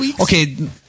Okay